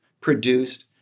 produced